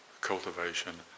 cultivation